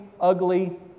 ugly